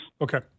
okay